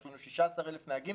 יש לנו 16,000 נהגים